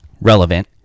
relevant